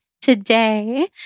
Today